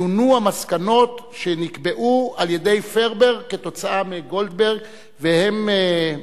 שונו המסקנות שנקבעו על-ידי פראוור כתוצאה מגולדברג והן,